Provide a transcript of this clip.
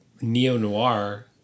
neo-noir